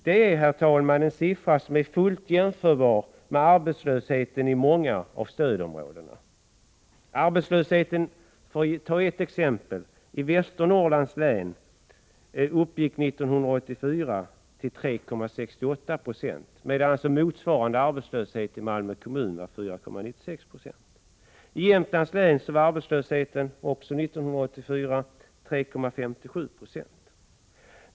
Det är, herr talman, en siffra som är fullt jämförbar med arbetslösheten i många av stödområdena. Arbetslösheten i Västernorrlands län uppgick, för att ta ett exempel, 1984 till 3,68 26, medan motsvarande siffra för Malmö kommun alltså var 4,96 90. I Jämtlands län var arbetslösheten 3,57 90 1984.